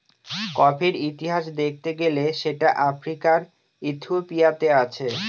কফির ইতিহাস দেখতে গেলে সেটা আফ্রিকার ইথিওপিয়াতে আছে